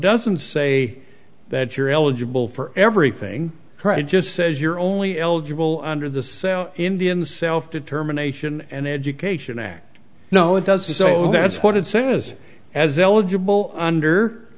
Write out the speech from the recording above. doesn't say that you're eligible for everything credit just says you're only eligible under the sell indian self determination and education act no it doesn't so that's what it says as eligible under